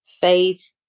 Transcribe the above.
faith